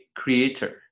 creator